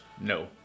no